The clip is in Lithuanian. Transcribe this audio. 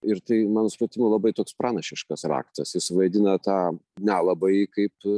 ir tai mano supratimu labai toks pranašiškas raktas jis vaidina tą nelabajį kaip